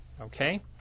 Okay